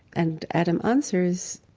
and adam answers,